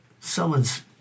someone's